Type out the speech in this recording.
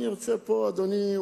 אדוני,